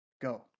Go